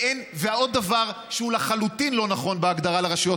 ועוד דבר שהוא לחלוטין לא נכון בהגדרה לרשויות